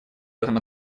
этом